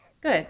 Good